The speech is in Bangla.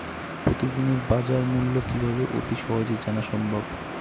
প্রতিদিনের বাজারমূল্য কিভাবে অতি সহজেই জানা সম্ভব?